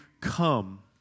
come